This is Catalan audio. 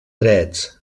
drets